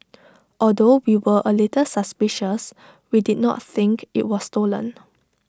although we were A little suspicious we did not think IT was stolen